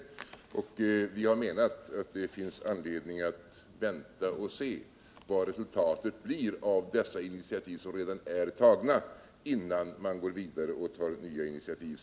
Tekniska hjälpme Vi har ansett att det finns anledning att invänta resultat av de initiativ — del för handikap som redan är tagna innan man går vidare och tar nya initiativ.